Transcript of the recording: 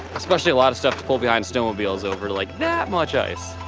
especially a lot of stuff to pull behind snowmobiles over like that much ice.